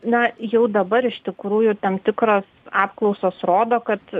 na jau dabar iš tikrųjų tam tikros apklausos rodo kad